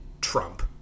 Trump